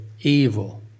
evil